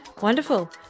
Wonderful